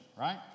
right